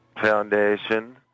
Foundation